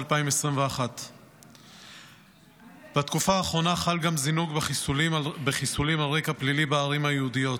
2021. בתקופה האחרונה חל גם זינוק בחיסולים על רקע פלילי בערים היהודיות.